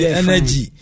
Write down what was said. energy